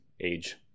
age